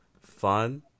fun